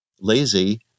lazy